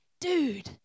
dude